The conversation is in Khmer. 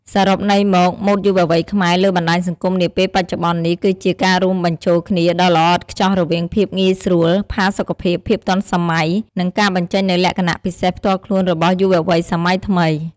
សរុបន័យមក ម៉ូដយុវវ័យខ្មែរលើបណ្ដាញសង្គមនាពេលបច្ចុប្បន្ននេះគឺជាការរួមបញ្ចូលគ្នាដ៏ល្អឥតខ្ចោះរវាងភាពងាយស្រួល ផាសុកភាព ភាពទាន់សម័យ និងការបញ្ចេញនូវលក្ខណៈពិសេសផ្ទាល់ខ្លួនរបស់យុវវ័យសម័យថ្មី។